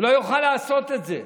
הוא לא יוכל לעשות את זה.